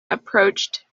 approached